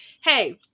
Hey